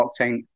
Octane